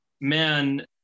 man